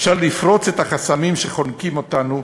אפשר לפרוץ את החסמים שחונקים אותנו,